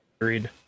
Agreed